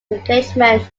engagement